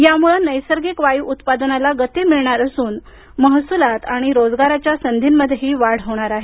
यामुळे नैसर्गिक वायू उत्पादनाला गती मिळणार असून महसुलात आणि रोजगाराच्या संधीमध्येही वाढ होणार आहे